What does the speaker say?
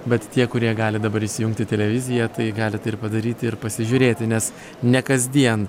bet tie kurie gali dabar įsijungti televiziją tai gali tai ir padaryti ir pasižiūrėti nes ne kasdien